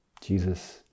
Jesus